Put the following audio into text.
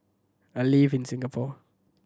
I live in Singapore